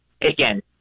Again